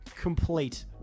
complete